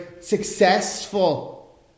successful